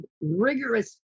rigorous